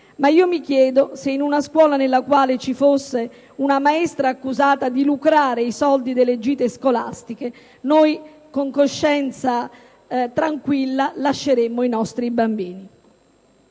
ma, mi chiedo, se in una scuola vi fosse una maestra accusata di lucrare i soldi delle gite scolastiche noi, con coscienza tranquilla, vi lasceremmo i nostri bambini?